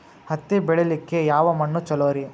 ಹತ್ತಿ ಬೆಳಿಲಿಕ್ಕೆ ಯಾವ ಮಣ್ಣು ಚಲೋರಿ?